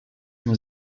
tym